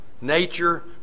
Nature